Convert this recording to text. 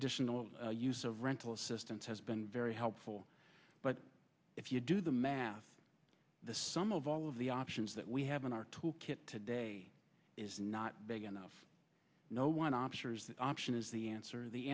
additional use of rental assistance has been very helpful but if you do the math the sum of all of the options that we have in our tool kit today is not big enough no one option option is the answer the